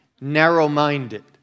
narrow-minded